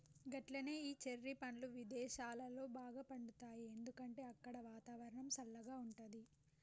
గట్లనే ఈ చెర్రి పండ్లు విదేసాలలో బాగా పండుతాయి ఎందుకంటే అక్కడ వాతావరణం సల్లగా ఉంటది